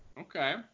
Okay